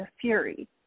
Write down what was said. fury